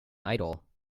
idol